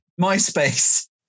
Myspace